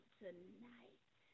tonight